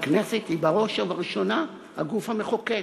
הכנסת היא בראש ובראשונה הגוף המחוקק.